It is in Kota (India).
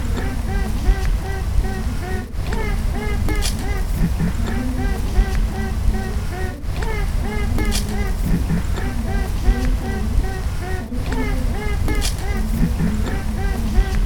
தேவையான அனைத்து பொருட்கள் மற்றும் வழிமுறைகளை நான் உங்களுக்கு வழங்க முடியும். இந்த கோரிக்கையை பரிசீலித்ததற்கு முன்கூட்டியே மிக்க நன்றி.